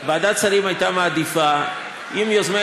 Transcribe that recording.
ועדת השרים הייתה מעדיפה אם יוזמי